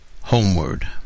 homeward